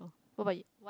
what about you